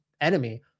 enemy